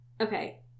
Okay